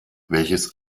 welches